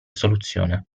soluzione